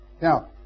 Now